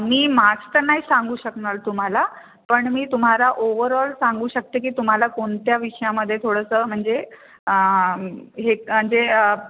मी marks तर नाही सांगू शकणार तुम्हाला पण मी तुम्हाला ओव्हरऑल सांगू शकते की तुम्हाला कोणत्या विषयामध्ये थोडंसं म्हणजे हे जे